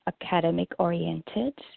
academic-oriented